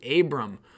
Abram